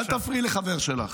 אל תפריעי לחבר שלך.